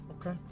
Okay